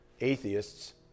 atheists